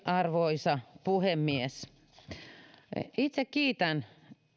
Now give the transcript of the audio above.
arvoisa puhemies itse kiitän